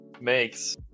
makes